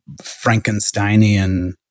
Frankensteinian